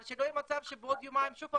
אבל שלא יהיה מצב שבעוד יומיים שוב פעם